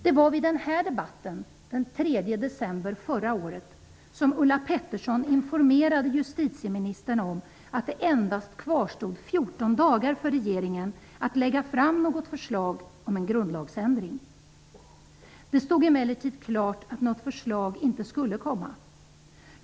Det var vid debatten den 3 december förra året som Ulla Pettersson informerade justitieminitern om att det endast kvarstod 14 dagar för regeringen att lägga fram ett förslag om en grundlagsändring. Det stod emellertid klart att något förslag inte skulle komma.